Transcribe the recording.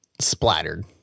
splattered